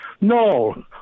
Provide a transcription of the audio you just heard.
No